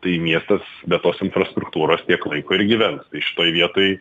tai miestas be tos infrastruktūros tiek laiko ir gyvens tai toje vietoj